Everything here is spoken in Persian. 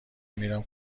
میرم